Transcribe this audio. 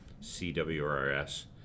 CWRS